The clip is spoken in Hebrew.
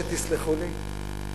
שתסלחו לי,